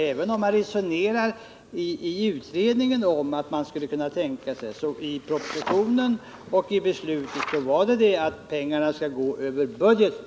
Även om man resonerar i utredningen om att man skulle kunna tänka sig detta, så skall enligt propositionen pengarna gå över budgeten.